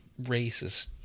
racist